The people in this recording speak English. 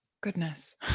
Goodness